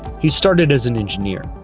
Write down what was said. he started as an engineer.